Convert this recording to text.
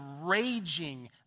raging